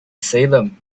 salem